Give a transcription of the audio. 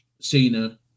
cena